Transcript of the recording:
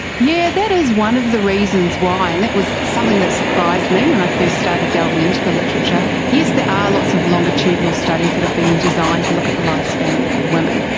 yeah that is one of the reasons why, and that was something that surprised me when i first started delving into the literature. yes, there are lots of longitudinal studies that have been designed to look at the lifespan of women,